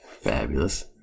Fabulous